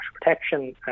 protection